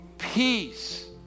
Peace